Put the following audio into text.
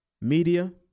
Media